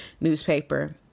newspaper